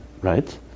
Right